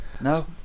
No